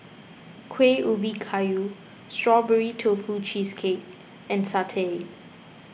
Kueh Ubi Kayu Strawberry Tofu Cheesecake and Satay